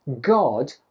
God